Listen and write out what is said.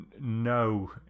no